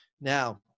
now